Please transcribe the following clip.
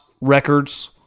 records